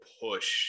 push